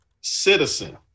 citizen